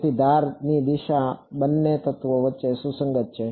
તેથી ધારની દિશા બંને તત્વો વચ્ચે સુસંગત છે